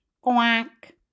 quack